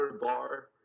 bar